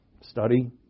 Study